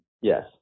Yes